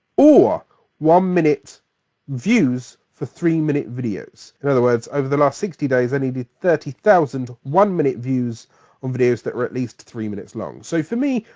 or one minute views for three minute videos. in other words, over the last sixty days, i needed thirty thousand one minute views on videos that are at least three minutes long. so for me,